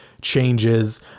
changes